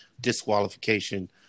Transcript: disqualification